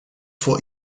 vor